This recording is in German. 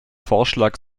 vorschlag